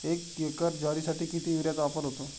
एक एकर ज्वारीसाठी किती युरियाचा वापर होतो?